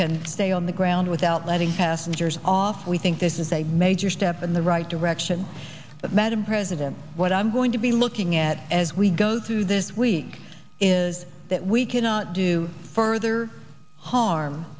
can stay on the ground without letting passengers off we think this is a major step in the right direction but madam president what i'm going to be looking at as we go through this week is that we cannot do further harm